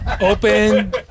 open